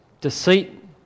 deceit